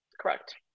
Correct